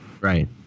Right